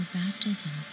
baptism